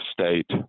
state